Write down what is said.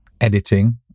editing